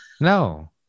No